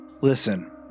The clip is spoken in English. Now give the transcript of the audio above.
listen